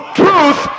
truth